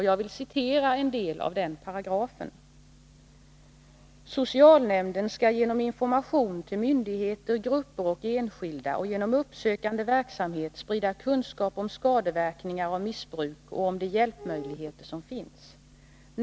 Jag vill citera en del av den paragrafen: ”Socialnämnden skall genom information till myndigheter, grupper och enskilda och genom uppsökande verksamhet sprida kunskap om skadeverkningar av missbruk och om de hjälpmöjligheter som finns.